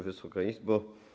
Wysoka Izbo!